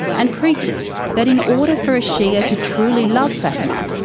and preaches that in order for a shia to truly love fatima,